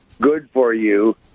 good-for-you